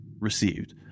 received